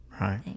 Right